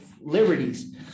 liberties